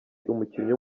umukinnyi